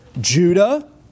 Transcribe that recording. Judah